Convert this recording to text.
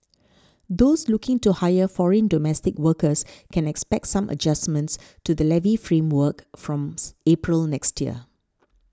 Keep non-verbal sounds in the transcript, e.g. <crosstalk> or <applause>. those looking to hire foreign domestic workers can expect some adjustments to the levy framework from <unintelligible> April next year